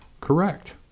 Correct